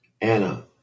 Anna